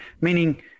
Meaning